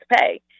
pay